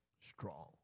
strong